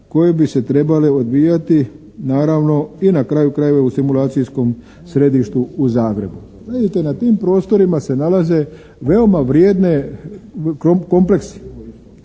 koje bi se trebale odvijati naravno i na kraju krajeva i u simulacijskom središtu u Zagrebu. Vidite, na tim prostorima se nalaze veoma vrijedne kompleksi